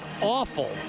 awful